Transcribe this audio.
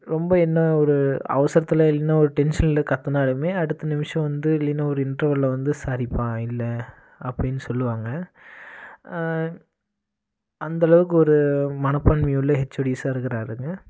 ரொம்ப என்ன ஒரு அவசரத்தில் இல்லைன்னா ஒரு டென்ஷனில் கத்துனாலும் அடுத்த நிமிடம் வந்து இல்லைன்னா ஒரு இன்டெர்வல் வந்து சாரிப்பா இல்லை அப்படின்னு சொல்லுவாங்க அந்த அளவுக்கு ஒரு மனப்பான்மை உள்ள ஹச்ஓடிஸ் இருக்கிற ஆளுங்க